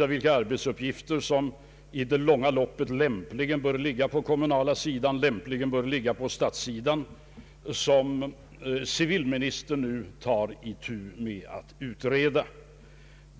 av vilka arbetsuppgifter som i det långa loppet lämpligen bör ligga på den kommunala sidan och vilka som lämpligen bör ligga på statssidan tar civilministern nu itu med att utreda.